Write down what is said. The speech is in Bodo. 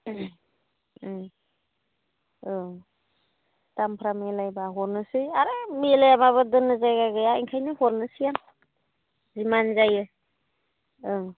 औ दामफोरा मिलायोबा हरनोसै आरो मिलायाबाबो दोननो जायगाया ओंखायनो हरनोसै आं जिमान जायो ओं